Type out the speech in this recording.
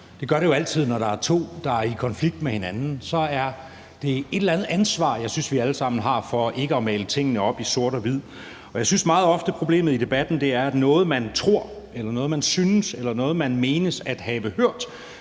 Det gør det jo altid, når der er to, der er i konflikt med hinanden. Så er det et eller andet ansvar, jeg synes vi alle sammen har, for ikke at male tingene op i sort og hvid. Jeg synes, at problemet i debatten meget ofte er, at noget, man tror, eller noget, man synes, eller